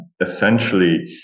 essentially